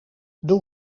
door